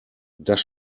das